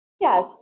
Yes